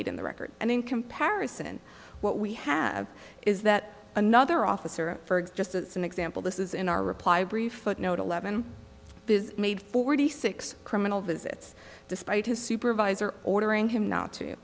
eight in the record and in comparison what we have is that another officer for existence an example this is in our reply brief footnote eleven is made forty six criminal visits despite his supervisor ordering him not to